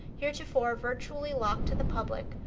heretofore virtually locked to the public,